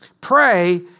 Pray